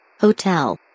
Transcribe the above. Hotel